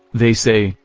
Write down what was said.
they say,